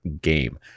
game